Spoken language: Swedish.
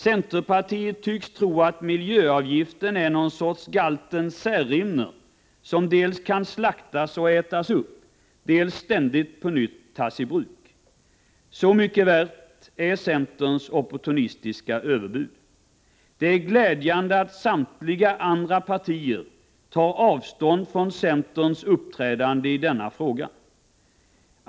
Centerpartiet tycks tro att miljöavgiften är någon sorts galten Särimner, som dels kan slaktas och ätas upp, dels ständigt på nytt tas i bruk. Så mycket värt är centerns opportunistiska överbud. Det är glädjande att samtliga övriga partier tar avstånd från centerns uppträdande i denna fråga.